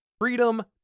freedom